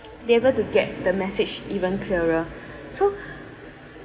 be able to get the message even clearer so